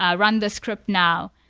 ah run this script now.